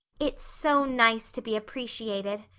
it's so nice to be appreciated,